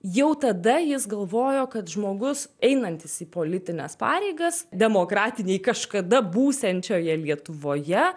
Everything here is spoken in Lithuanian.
jau tada jis galvojo kad žmogus einantis į politines pareigas demokratinėj kažkada būsiančioje lietuvoje